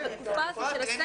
לעזור להם בתקופה הזו של הסגר,